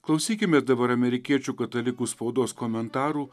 klausykimės dabar amerikiečių katalikų spaudos komentarų